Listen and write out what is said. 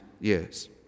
years